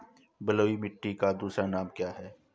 बलुई मिट्टी का दूसरा नाम क्या है?